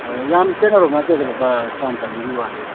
ꯑꯥ ꯌꯥꯝ ꯈꯦꯠꯅꯕ ꯅꯠꯇꯦꯗ ꯂꯨꯄꯥ ꯆꯥꯝ ꯆꯅꯤꯒꯤ ꯋꯥꯅꯤ